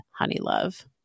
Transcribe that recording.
Honeylove